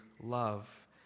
love